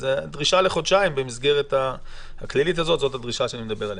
הדרישה לחודשיים במסגרת הכללית הזאת זו הדרישה שאני מדבר עליה.